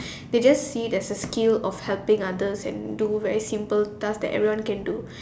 they just see there's a skill of helping others and do a very simple task that everyone can do